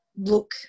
look